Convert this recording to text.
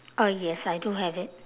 uh yes I do have it